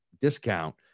discount